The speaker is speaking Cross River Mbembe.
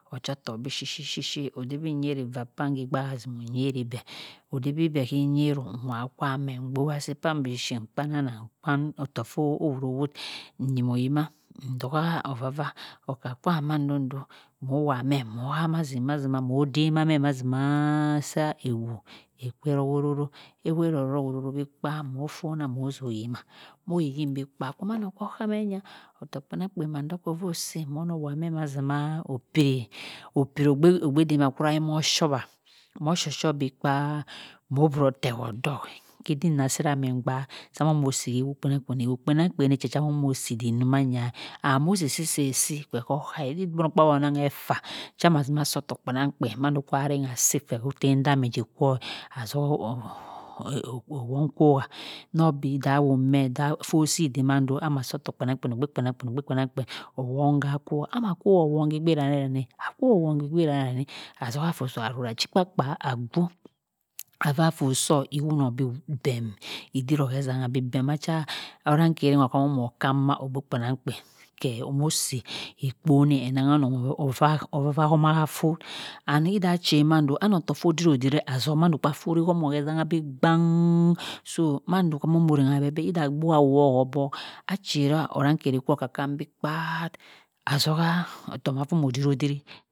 Ocho tohk bi shi shi shi odey bi nyeri vah pam kibhahazim nyeri beh oyiri beh hie yero nwa kwam meh nbowasi kpam bishi nkpana anah nkpan ottohk kho woro wud nyimo yima ndoha ovah vah oka kwam mando do moh wah meh moh hamazim mazi ma moh dama meh mazima eweh kowo okwe oooro eweh eromo eroro bi kpa moh funah moh zoh yima oyim yim bi kpa kwaman oke kah hey nyah otohk kpenang kpen mahn dohko voh si moh noh wah meu mazima opiri, opiri ogbe dumanwan oshowa moh sho sho bi kpa moh bro teword doh si iddik duma anah imi gbae suma omo si euo kpenang kpen ewo kpenang kpe che cha cumoh si idduk manya and mohsi si seh si beh kho kaa igbi mogkpaabi onong etaa cha ma zinoh sahtohk kpeban gkpien mabtn do pha rangha seh kwe hotemdami joh kwo asoha ouon nor bi dah womeh dah foh si wo mando amoh sohotoa kpenangkpen ogbe kpenangkpen ogbe kpenang kpren owung ha kowa amah kohowong ibeh danny akoh owong igbe danny azoha foh soh azoha achikpa kpa a gwo avah foh son i won oh bi bem idiroh he esangha bi bem macha orankheri wah omoh kang mah ogbe kpe nang kpien keh omoh si ikpon eh onangha unong ouah uah hama ha foh and iddah chain maado auoh tohk foh dirodiri azu mahn do ha foh ihumoh esangha bi gban---so magndo omah rim a beh beh idah abua owoh ho buck ali chi hoh orankher kwo okang khan bi kpa azoha otoh waa foh dirodirio.